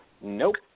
nope